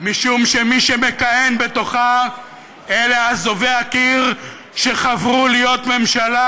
משום שמי שמכהנים בתוכה אלה אזובי הקיר שחברו להיות ממשלה,